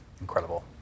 Incredible